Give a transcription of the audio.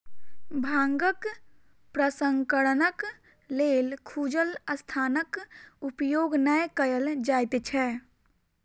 भांगक प्रसंस्करणक लेल खुजल स्थानक उपयोग नै कयल जाइत छै